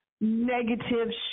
negative